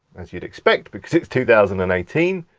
as you'd expect because it's two thousand and eighteen.